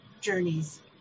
journeys